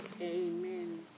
Amen